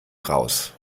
raus